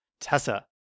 Tessa